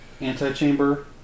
anti-chamber